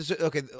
Okay